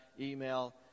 email